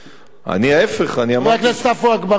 חבר הכנסת עפו אגבאריה,